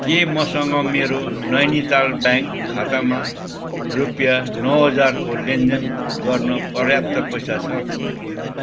के मसँग मेरो नैनिताल ब्याङ्क खातामा रुपियाँ नौ हजारको लेनदेन गर्न पर्याप्त पैसा छ